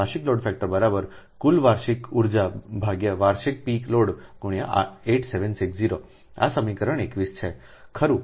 વાર્ષિક load factor કુલ વાર્ષિક energyવાર્ષિક પીક લોડ×8760 આ સમીકરણ 21 છે ખરું